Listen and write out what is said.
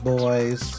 boys